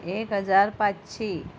एक हजार पांचशी